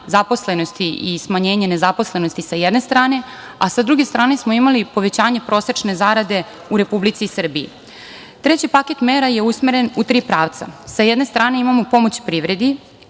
zaposlenosti i smanjenje nezaposlenosti sa jedne strane, a sa druge strane smo imali povećanje prosečne zarade u Republici Srbiji. Treći paket mera je usmeren u tri pravca. Sa jedne strane imamo pomoć privredi